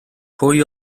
pwy